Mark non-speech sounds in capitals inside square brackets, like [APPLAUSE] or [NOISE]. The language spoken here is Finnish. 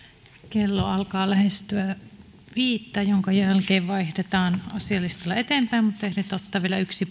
kello alkaa lähestyä viittä jonka jälkeen vaihdetaan asialistalla eteenpäin mutta ehditään ottaa vielä yksi [UNINTELLIGIBLE]